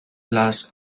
las